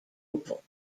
opal